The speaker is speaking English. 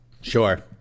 Sure